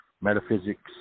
metaphysics